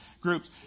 groups